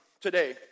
today